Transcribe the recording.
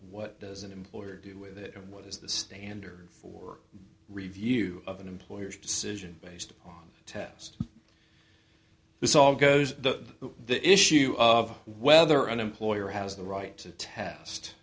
what does an employer do with it and what is the standard for review of an employer's decision based on a test this all goes to the issue of whether an employer has the right to test